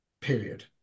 period